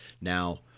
now